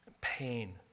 pain